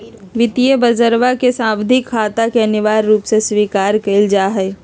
वित्तीय बजरवा में सावधि खाता के अनिवार्य रूप से स्वीकार कइल जाहई